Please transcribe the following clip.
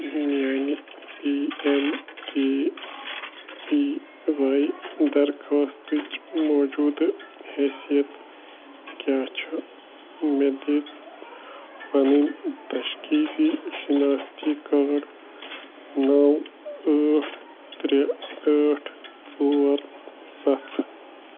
میانہِ P M K V Y درخاستٕچ موٗجوٗدٕ حیثیت کیٛاہ چھُ مےٚ دِژ پنٕنۍ تشخیٖصی شِنٲختی کارڈ نَو ٲٹھ ترٚےٛ ٲٹھ ژور سَتھ